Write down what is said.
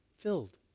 filled